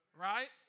Right